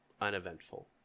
uneventful